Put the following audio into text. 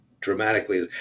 dramatically